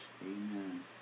Amen